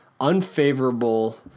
unfavorable